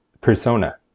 persona